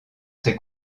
ses